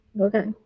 Okay